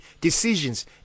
decisions